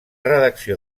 redacció